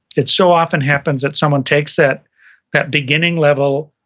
it so often happens that someone takes that that beginning level,